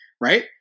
right